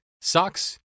socks